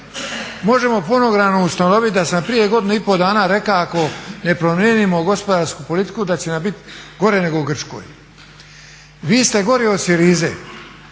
Možemo fonogramom ustanoviti da sam prije godinu i pol dana rekao ako ne promijenimo gospodarsku politiku da će nam biti gore nego Grčkoj. Vi ste gori od